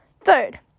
Third